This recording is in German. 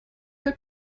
der